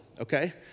okay